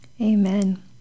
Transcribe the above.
Amen